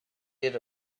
did